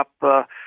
up